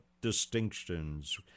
distinctions